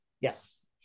Yes